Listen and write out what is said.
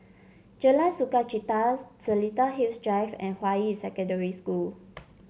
Jalan Sukachita Seletar Hills Drive and Hua Yi Secondary School